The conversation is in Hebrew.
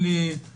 תן לי מושג.